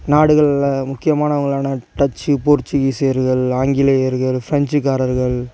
நாடுகளில் முக்கியமானவங்களான டச்சு போர்ச்சுக்கீசியர்கள் ஆங்கிலேயர்கள் பிரெஞ்சுக்காரர்கள்